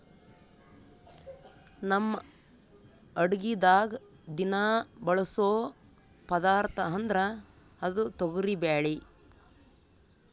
ನಮ್ ಅಡಗಿದಾಗ್ ದಿನಾ ಬಳಸೋ ಪದಾರ್ಥ ಅಂದ್ರ ಅದು ತೊಗರಿಬ್ಯಾಳಿ